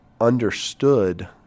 understood